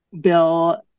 Bill